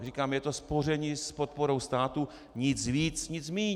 Říkám, je to spoření s podporou státu, nic víc, nic míň.